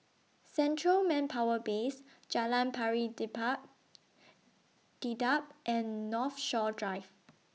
Central Manpower Base Jalan Pari Dedap and Northshore Drive